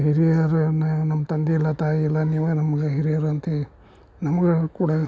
ಹಿರಿಯರು ಎನ್ನೆ ನಮ್ಮ ತಂದೆ ಇಲ್ಲ ತಾಯಿ ಇಲ್ಲ ನೀವೇ ನಮಗೆ ಹಿರಿಯರು ಅಂತ ನಮ್ಗೆ ಕೂಡ